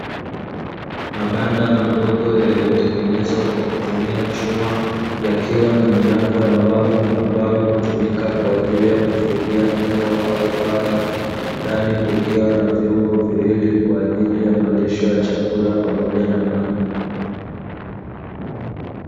Mabanda madogo yaliyotengenezwa kwa kutumia chuma yakiwa na milango ya wavu, ambayo hutumika kwa ajili ya kufugia mbwa au paka ndani kukiwa na vyombo viwili kwa ajili ya malisho ya chakula pamoja na maji.